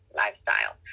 lifestyle